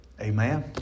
Amen